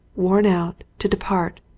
worn out, to depart,